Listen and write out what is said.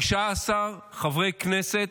15 חברי כנסת